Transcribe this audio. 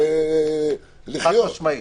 אגב,